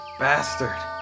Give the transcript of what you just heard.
bastard